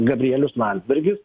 gabrielius landsbergis